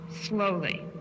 slowly